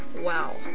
Wow